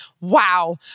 wow